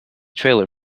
trailer